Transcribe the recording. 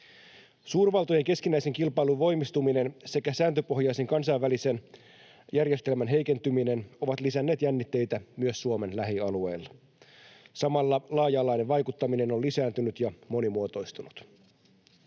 Suurvaltojen keskinäisen kilpailun voimistuminen sekä sääntöpohjaisen kansainvälisen järjestelmän heikentyminen ovat lisänneet jännitteitä myös Suomen lähialueilla. Samalla laaja-alainen vaikuttaminen on lisääntynyt ja monimuotoistunut.